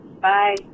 bye